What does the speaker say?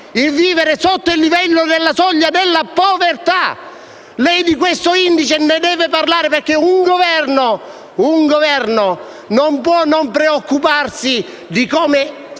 il vivere sotto il livello della soglia della povertà. Lei di questo indice ne deve parlare, perché un Governo non può non preoccuparsi di come